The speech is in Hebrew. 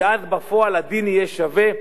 כי אז בפועל הדין יהיה שווה.